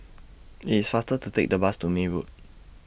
IT IS faster to Take The Bus to May Road